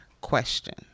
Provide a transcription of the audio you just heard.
question